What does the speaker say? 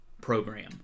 program